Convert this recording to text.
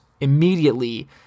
immediately